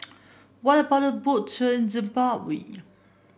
what about a Boat Tour in Zimbabwe